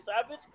savage